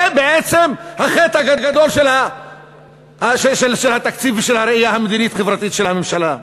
זה בעצם החטא הגדול של התקציב ושל הראייה המדינית-חברתית של הממשלה.